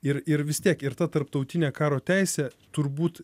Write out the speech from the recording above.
ir ir vis tiek ir ta tarptautinė karo teisė turbūt